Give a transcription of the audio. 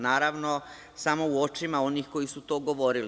Naravno, samo u očima onih koji su to govorili.